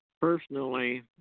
Personally